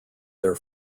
their